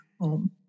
home